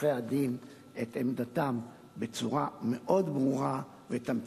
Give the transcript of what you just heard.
עורכי-הדין את עמדתם בצורה מאוד ברורה ותמציתית.